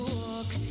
walk